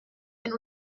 den